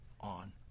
on